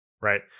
right